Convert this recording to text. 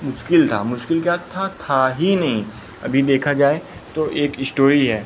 मुश्किल था मुश्किल क्या था था ही नहीं अभी देखा जाए तो एक इश्टोरी है